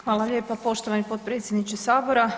Hvala lijepa poštovani potpredsjedniče sabora.